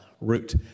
route